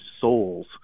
souls